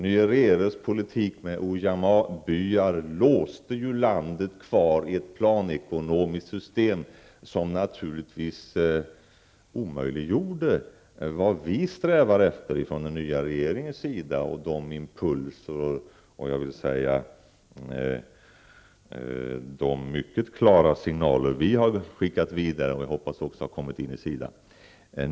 Nyereres politik med ''ujamabyar'' låste fast landet i ett planekonomiskt system, vilket naturligtvis omöjliggjort vad vi i den nya regeringen strävar efter. Jag tänker då bl.a. på de impulser och, skulle jag vilja säga, mycket klara signaler som vi har skickat vidare och som jag hoppas också har nått SIDA.